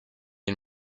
and